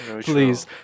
please